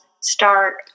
start